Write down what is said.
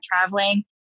traveling